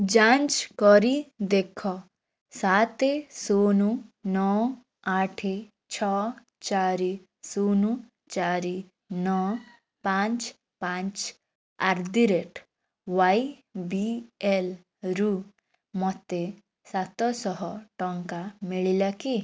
ଯାଞ୍ଚ କରି ଦେଖ ସାତେ ଶୂନ ନଅ ଆଠେ ଛଅ ଚାରି ଶୂନ ଚାରି ନଅ ପାଞ୍ଚେ ପାଞ୍ଚେ ଆଟଦିରେଟ ୱାଇବିଏଲରୁ ମତେ ସାତଶହ ଟଙ୍କା ମିଳିଲା କି